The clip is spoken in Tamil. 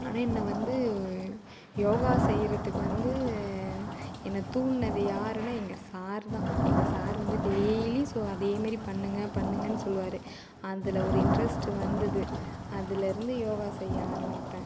ஆனால் என்ன வந்து யோகா செய்கிறதுக்கு வந்து என்ன தூண்டுனது யாருனா எங்கள் சாரு தான் எங்கள் சார் வந்து டெய்லியும் சொ அதேமாரி பண்ணுங்க பண்ணுங்கன்னு சொல்லுவாரு அதில் ஒரு இன்ட்ரெஸ்ட் வந்தது அதுலேருந்து யோகா செய்ய ஆரமிப்பேன்